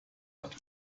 hat